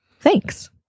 Thanks